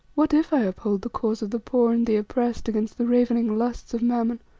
what if i uphold the cause of the poor and the oppressed against the ravening lusts of mammon?